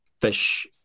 fish